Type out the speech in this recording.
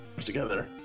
together